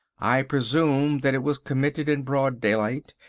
i presume that it was committed in broad daylight,